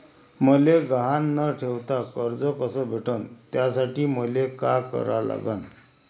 मले गहान न ठेवता कर्ज कस भेटन त्यासाठी मले का करा लागन?